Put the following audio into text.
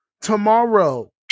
tomorrow